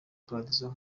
paradizo